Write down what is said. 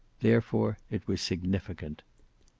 therefore it was significant.